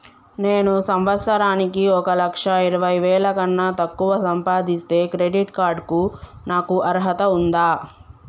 నేను సంవత్సరానికి ఒక లక్ష ఇరవై వేల కన్నా తక్కువ సంపాదిస్తే క్రెడిట్ కార్డ్ కు నాకు అర్హత ఉందా?